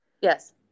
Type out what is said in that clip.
Yes